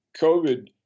COVID